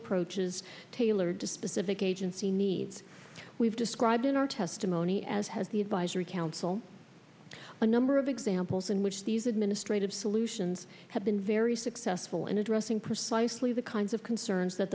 approaches tailored to specific agency needs we've described in our testimony as has the advisory council a number of examples in which these administrative solutions have been very successful in addressing precisely the kinds of concerns that